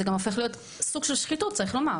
זה גם הופך להיות סוג של שחיתות צריך לומר,